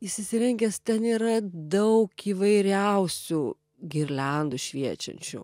is įsirengęs ten yra daug įvairiausių girliandų šviečiančių